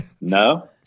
No